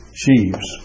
sheaves